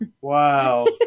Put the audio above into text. Wow